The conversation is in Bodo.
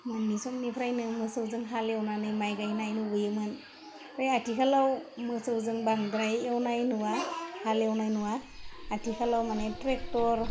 मोननि समनिफ्रायनो मोसौजों हालेवनानै माइ गाइनाय नुबोयोमोन फ्राय आथिखालाव मोसौजों बांद्राय एवनाय नुवा हालेवनाय नुवा आथिखालाव माने ट्रेक्टर